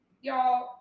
y'all –